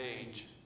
age